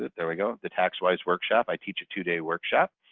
there we go. the tax-wise workshop, i teach a two-day workshop.